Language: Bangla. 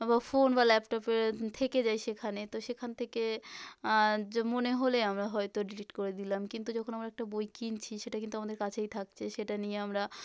বা ফোন বা ল্যাপটপে থেকে যায় সেখানে তো সেখান থেকে আজ মনে হলে আমরা হয়তো ডিলিট করে দিলাম কিন্তু যখন আমরা একটা বই কিনছি সেটা কিন্তু আমাদের কাছেই থাকছে সেটা নিয়ে আমরা